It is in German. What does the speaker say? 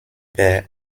per